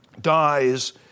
dies